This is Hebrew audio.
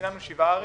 סיננו שבע ערים.